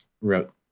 wrote